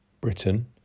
Britain